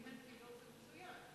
אם אין פעילות רצויה.